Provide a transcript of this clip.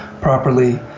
properly